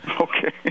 Okay